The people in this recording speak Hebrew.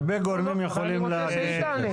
הרבה גורמים יכולים לעשות את זה.